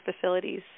facilities